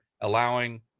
allowing